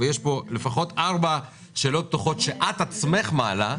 יש פה לפחות ארבע שאלות פתוחות שאת עצמך מעלה,